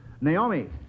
Naomi